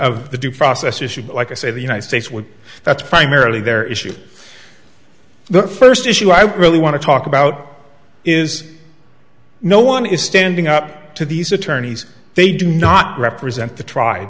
of the due process issue like i say the united states would that's primarily their issue the first issue i really want to talk about is no one is standing up to these attorneys they do not represent the tr